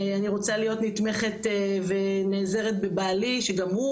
אני רוצה להיות נתמכת ונעזרת בבעלי שגם הוא